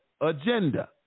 agenda